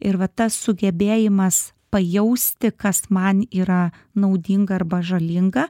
ir va tas sugebėjimas pajausti kas man yra naudinga arba žalinga